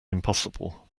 impossible